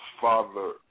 father